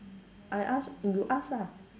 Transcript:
I ask you ask ah